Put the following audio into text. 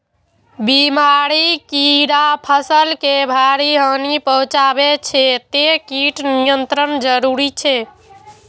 बीमारी, कीड़ा फसल के भारी हानि पहुंचाबै छै, तें कीट नियंत्रण जरूरी छै